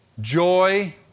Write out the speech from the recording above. joy